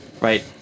right